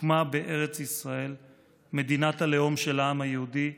הוקמה בארץ ישראל מדינת הלאום של העם היהודי,